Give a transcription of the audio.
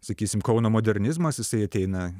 sakysim kauno modernizmas jisai ateina